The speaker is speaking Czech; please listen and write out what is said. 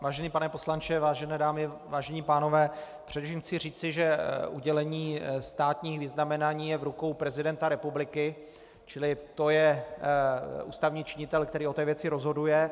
Vážený pane poslanče, vážené dámy, vážení pánové, především chci říci, že udělení státních vyznamenání je v rukou prezidenta republiky, čili to je ústavní činitel, který o té věci rozhoduje.